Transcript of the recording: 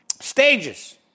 stages